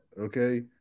okay